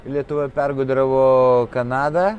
lietuva pergudravo kanadą